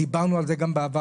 דיברנו על זה גם בעבר,